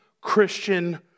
Christian